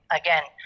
again